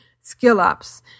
skill-ups